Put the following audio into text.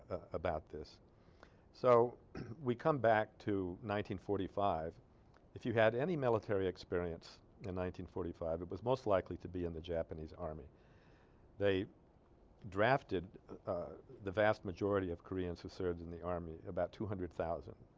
about this so we come back to nineteen forty-five if you had any military experience in nineteen forty five it was most likely to be in the japanese army they drafted ah. the vast majority of koreans who served in the army about two hundred thousand